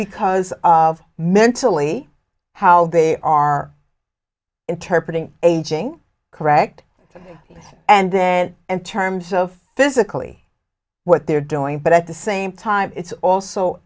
because of mentally how they are interpret ing aging correct and then and terms of physically what they're doing but at the same time it's also